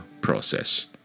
process